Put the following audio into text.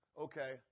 okay